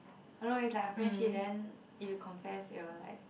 I don't know it's like a friendship then it compares your like